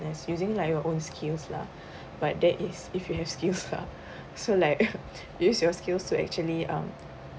using like your own skills lah but that is if you have skills lah so like use your skills to actually um